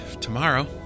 tomorrow